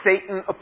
Satan